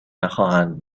نخواهند